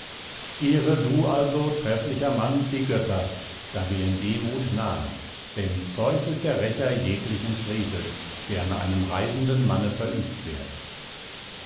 ehre du also trefflicher mann die götter da wir in demut nahen denn zeus ist der rächer jeglichen frevels der an einem reisenden manne verübt wird